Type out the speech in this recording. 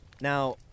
Now